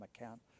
account